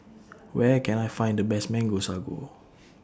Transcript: Where Can I Find The Best Mango Sago